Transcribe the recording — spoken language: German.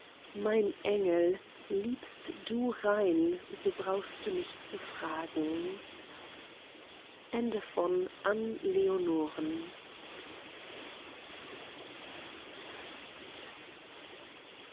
mein engel liebst du rein so brauchst du nicht zu fragen